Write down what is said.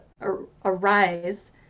arise